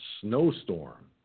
snowstorm